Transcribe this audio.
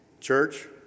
Church